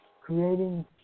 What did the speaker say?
creating